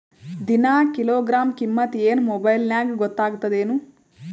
ದಿನಾ ಕಿಲೋಗ್ರಾಂ ಕಿಮ್ಮತ್ ಏನ್ ಮೊಬೈಲ್ ನ್ಯಾಗ ಗೊತ್ತಾಗತ್ತದೇನು?